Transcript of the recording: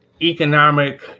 economic